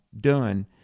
done